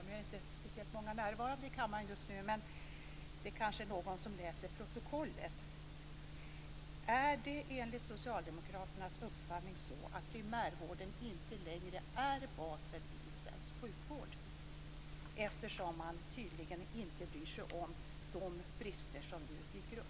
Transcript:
Nu är det inte speciellt många närvarande i kammaren just nu, men det kanske är någon som läser protokollet. Är det enligt socialdemokraternas uppfattning så att primärvården inte längre är basen i svensk sjukvård? Man bryr sig ju tydligen inte om de brister som nu dyker upp.